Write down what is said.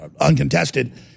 uncontested